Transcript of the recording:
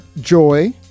joy